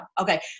Okay